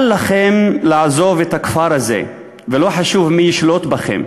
אל לכם לעזוב את הכפר הזה, ולא חשוב מי ישלוט בכם,